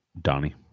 Donnie